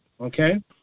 okay